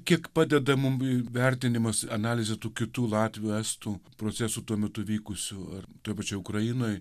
kiek padeda mum vertinimas analizė tų kitų latvių estų procesų tuo metu vykusių ar toj pačioj ukrainoj